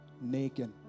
naked